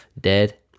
dead